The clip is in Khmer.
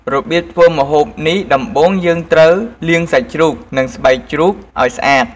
របៀបធ្វើម្ហូបនេះដំបូងយើងត្រូវ លាងសាច់ជ្រូក និងស្បែកជ្រូកឱ្យស្អាត។